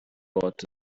about